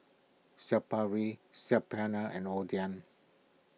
Papri Saag Paneer and Oden